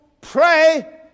Pray